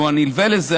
שהוא הנלווה לזה,